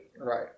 Right